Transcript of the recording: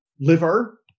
liver